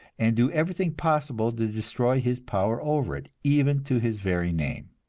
and do everything possible to destroy his power over it, even to his very name.